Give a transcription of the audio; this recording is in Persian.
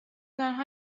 آنها